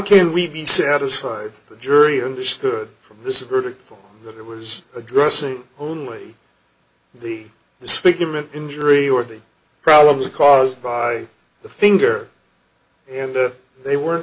can we be satisfied the jury understood from this is verdict form that it was addressing only the speaking of an injury or the problems caused by the finger and they were